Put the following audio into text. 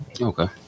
Okay